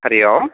Hari Om